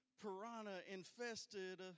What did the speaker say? piranha-infested